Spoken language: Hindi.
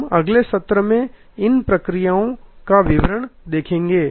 हम अगले सत्र में इन प्रक्रियाओं का विवरण देखेंगे